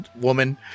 woman